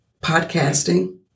Podcasting